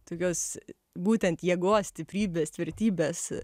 tokios būtent jėgos stiprybės tvirtybės